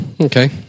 Okay